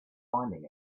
finding